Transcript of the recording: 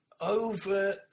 over